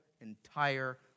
entire